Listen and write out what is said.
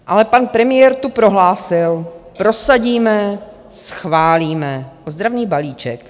Ale pan premiér tu prohlásil, prosadíme, schválíme ozdravný balíček.